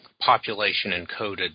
population-encoded